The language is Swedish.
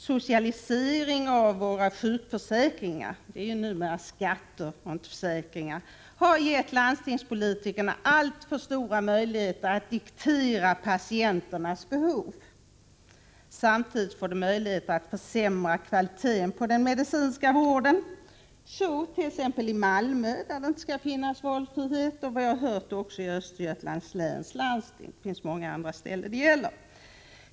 Socialiseringen av våra sjukförsäkringar — de är ju numera skatter och inte försäkringar — har gett landstingspolitikerna alltför stora möjligheter att diktera patienternas behov. Samtidigt får de möjligheter att försämra kvaliteten på den medicinska vården. Så kommer t.ex. att ske i Malmö, där det inte skall finnas valfrihet och, enligt vad jag har hört, också i Östergötlands läns landsting. Det finns även många andra ställen där detta gäller.